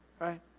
Right